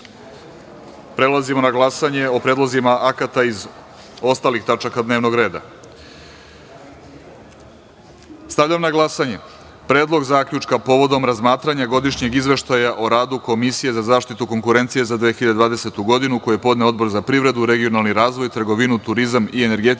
radu. Prelazimo na glasanje o predlozima akata iz ostalih tačaka dnevnog reda. Stavljam na glasanje Predlog zaključka povodom razmatranja Godišnjeg izveštaja o radu Komisije za zaštitu konkurencije za 2020. godinu, koji je podneo Odbor za privredu, regionalni razvoj, trgovinu, turizam i energetiku